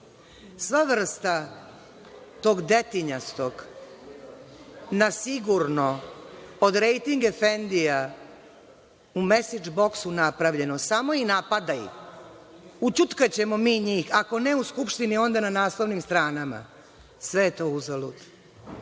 Sva vrsta tog detinjastog na sigurno od rejting-efendija u mesidž boksu napravljeno, samo i napadaju. Ućutkaćemo mi njih, ako ne u Skupštini, onda na naslovnim stranama. Sve je to uzalud,